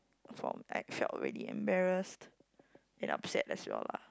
from I felt really embarrassed and upset as well lah